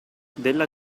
della